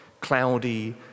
cloudy